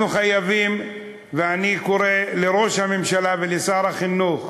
אנחנו חייבים, ואני קורא לראש הממשלה ולשר החינוך: